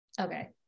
Okay